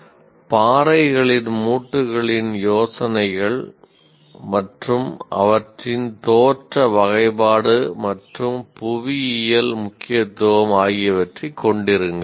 'பாறைகளில் மூட்டுகளின் யோசனைகள் மற்றும் அவற்றின் தோற்ற வகைப்பாடு மற்றும் புவியியல் முக்கியத்துவம் ஆகியவற்றைக் கொண்டிருங்கள்